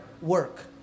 work